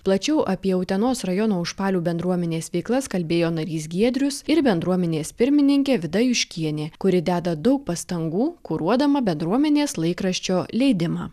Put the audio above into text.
plačiau apie utenos rajono užpalių bendruomenės veiklas kalbėjo narys giedrius ir bendruomenės pirmininkė vida juškienė kuri deda daug pastangų kuruodama bendruomenės laikraščio leidimą